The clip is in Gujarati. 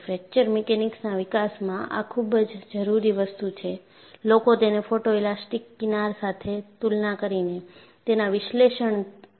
ફ્રેકચર મિકેનિક્સના વિકાસમાં આ ખૂબ જ જરૂરી વસ્તુ છે લોકો તેને ફોટોઇલાસ્ટિક કિનાર સાથે તુલના કરીને તેના વિશ્લેષણથી ઉકેલમાં સુધારો કરે છે